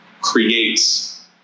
creates